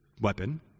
weapon